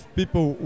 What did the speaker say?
people